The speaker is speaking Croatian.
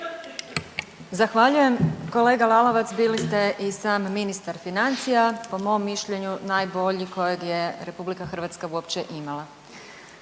Zahvaljujem. Kolega Lalovac bili ste i sam ministar financija, po mom mišljenju najbolji kojeg je RH uopće imala.